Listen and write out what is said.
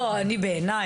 בעיניי,